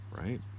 right